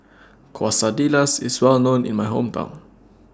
Quesadillas IS Well known in My Hometown